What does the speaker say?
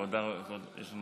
עבר לוועדת החינוך.